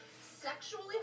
sexually